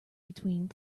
between